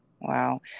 Wow